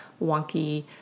wonky